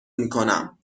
میکنم